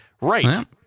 Right